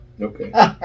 Okay